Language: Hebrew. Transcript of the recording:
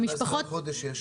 ב-17 בחודש יש